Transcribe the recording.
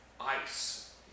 ice